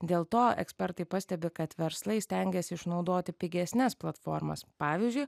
dėl to ekspertai pastebi kad verslai stengiasi išnaudoti pigesnes platformas pavyzdžiui